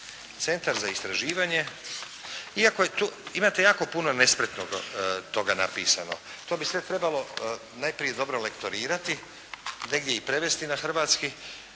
Centar za istraživanje iako je to, imate jako puno nespretno toga napisano. To bi sve trebalo najprije dobro lektorirati, negdje i prevesti na hrvatski,